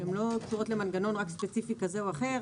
הן לא קשורות רק למנגנון ספציפי זה או אחר,